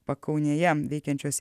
pakaunėje veikiančios